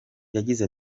yagize